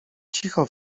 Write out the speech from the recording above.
cicho